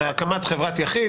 בהקמת חברת יחיד,